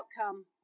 outcome